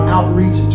Outreach